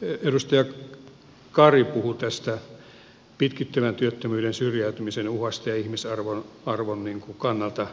vielä edustaja kari puhui tästä pitkittyvän työttömyyden syrjäytymisen uhasta ja ihmisarvon kannalta